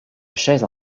chaises